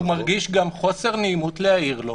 הוא מרגיש גם חוסר נעימות להעיר לו.